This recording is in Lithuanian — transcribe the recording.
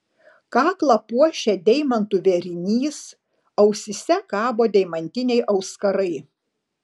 kaklą puošia deimantų vėrinys ausyse kabo deimantiniai auskarai